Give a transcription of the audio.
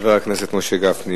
חבר הכנסת משה גפני,